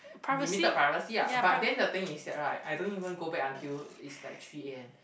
limited privacy ah but then the thing is that right I don't even go back until is like three a_m